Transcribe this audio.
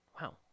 wow